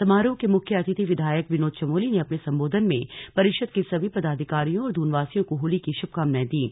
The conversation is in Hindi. समारोह के मुख्य अतिथि विधायक विनोद चमोली ने अपने संबोधन में परिषद के सभी पदाधिकारियों और दूनवासियों को होली की शुभकामनाएं दीं